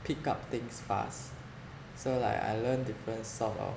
pick up things fast so like I learn different sort of